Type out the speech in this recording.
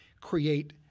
create